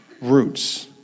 roots